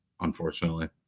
unfortunately